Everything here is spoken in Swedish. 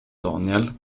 daniel